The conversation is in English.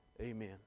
Amen